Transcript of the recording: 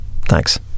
Thanks